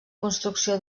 construcció